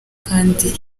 kandi